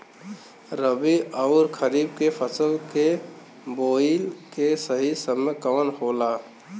रबी अउर खरीफ के फसल के बोआई के सही समय कवन होला?